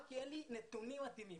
כי אין לי נתונים מתאימים.